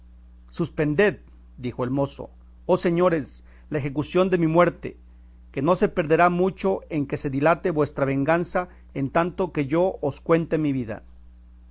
suspended dijo el mozo oh señores la ejecución de mi muerte que no se perderá mucho en que se dilate vuestra venganza en tanto que yo os cuente mi vida